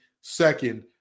second